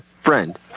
friend